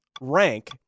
rank